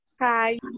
Hi